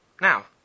Now